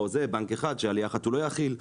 בנק אחד שעלייה אחת הוא לא יחיל,